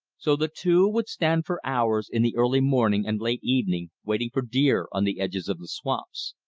so the two would stand for hours in the early morning and late evening waiting for deer on the edges of the swamps.